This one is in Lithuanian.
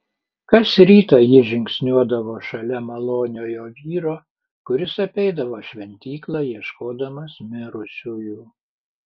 kas rytą ji žingsniuodavo šalia maloniojo vyro kuris apeidavo šventyklą ieškodamas mirusiųjų